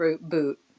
boot